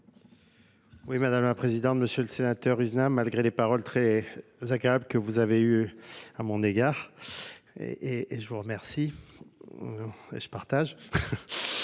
sept madame la présidente monsieur le sénateur zn a malgré les paroles très agréables que vous avez eues à mon égard et et je vous remercie Euh, je ne